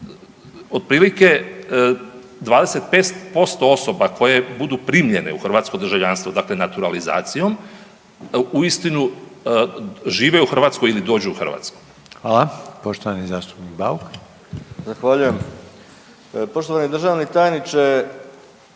Otprilike 25% osoba koje budu primljene u hrvatsko državljanstvo dakle naturalizacijom uistinu žive u Hrvatskoj ili dođu Hrvatsku. **Reiner, Željko (HDZ)** Hvala. Poštovani zastupnik Bauk. **Bauk, Arsen (SDP)** Zahvaljujem. Poštovani državni tajniče.